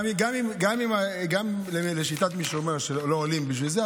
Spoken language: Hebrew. גם לשיטת מי שאומר שלא עולים בשביל זה,